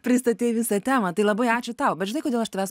pristatei visą temą tai labai ačiū tau bet žinai kodėl aš tavęs